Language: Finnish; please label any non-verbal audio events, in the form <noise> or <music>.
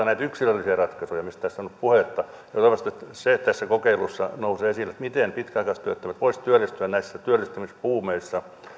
<unintelligible> näitä yksilöllisiä ratkaisuja mistä tässä on ollut puhetta toivoisin että se tässä kokeilussa nousee esille miten pitkäaikaistyöttömät voisivat työllistyä näissä työllistymisbuumeissa